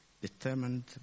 determined